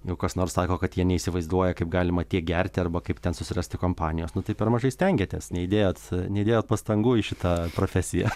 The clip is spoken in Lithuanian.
nu kas nors sako kad jie neįsivaizduoja kaip galima tiek gerti arba kaip ten susirasti kompanijos nu tai per mažai stengiatės neįdėjot neįdėjot pastangų į šitą profesiją